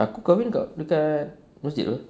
aku kahwin kat dekat masjid [pe]